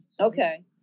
Okay